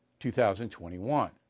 2021